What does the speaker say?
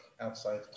outside